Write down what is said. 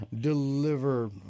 Deliver